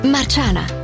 Marciana